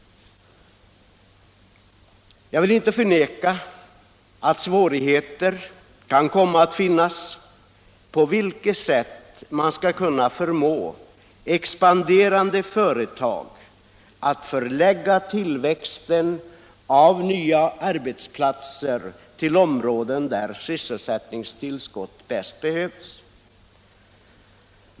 Jag vill inte förneka att det kan vara svårt att komma fram till på vilket sätt man skall kunna förmå expanderande företag att förlägga nya arbetsplatser till områden där sysselsättningstillskott bäst behövs.